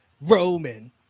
Roman